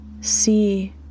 see